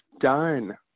done